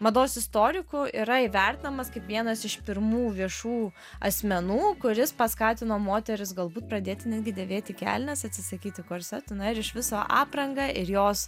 mados istorikų yra įvertinamas kaip vienas iš pirmų viešų asmenų kuris paskatino moteris galbūt pradėti netgi dėvėti kelnes atsisakyti korsetų ar iš viso aprangą ir jos